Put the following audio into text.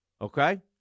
Okay